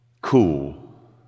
cool